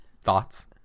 thoughts